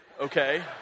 okay